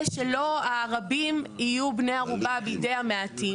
שלא הרבים יהיו בני ערובה בידי המעטים,